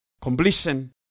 completion